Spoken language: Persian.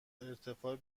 ارتفاع